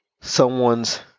someone's